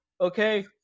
okay